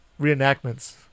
reenactments